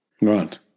right